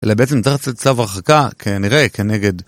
אלא בעצם צריך קצת צו הרחקה, כנראה, כנגד.